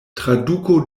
traduko